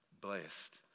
blessed